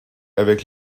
avec